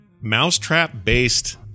mousetrap-based